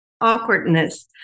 awkwardness